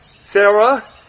Sarah